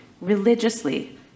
religiously